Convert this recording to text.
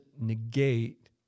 negate